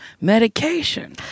medication